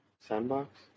sandbox